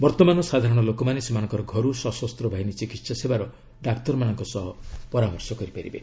ବର୍ତ୍ତମାନ ସାଧାରଣ ଲୋକମାନେ ସେମାନଙ୍କର ଘରୁ ସଶସ୍ତ ବାହିନୀ ଚିକିତ୍ସା ସେବାର ଡାକ୍ତରମାନଙ୍କ ସହ ପରାମର୍ଶ କରିପାରିବେ